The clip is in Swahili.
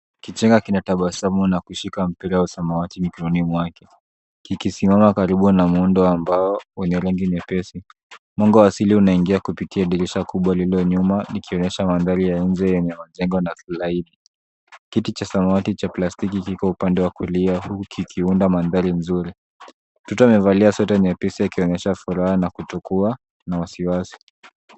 Kijana kinatabasamu na kushika mpira wa samawati mikononi mwake, kikisimama karibu na muundo wa mbao wenye rangi nyepesi. Mwanga wa asili unaingia kupitia dirisha kubwa lililo nyuma likionyesha mandhari ya nje yanayojengwa na slide . Kiti cha samawati cha plastiki kiko upande wa kulia huku kikiunda mandhari nzuri. Mtoto amevalia sweta nyepesi akionyesha furaha na kutokuwa na wasiwasi.